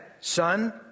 son